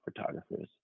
photographers